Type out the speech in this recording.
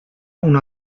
una